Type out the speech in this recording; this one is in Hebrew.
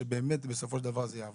שזה באמת יעבוד בסופו של דבר.